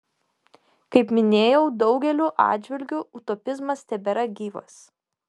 kaip minėjau daugeliu atžvilgių utopizmas tebėra gyvas